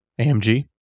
AMG